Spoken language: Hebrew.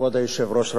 כבוד היושב-ראש,